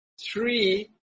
three